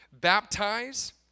baptize